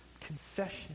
confession